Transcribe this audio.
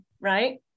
right